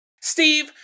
Steve